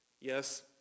Yes